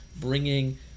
bringing